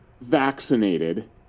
vaccinated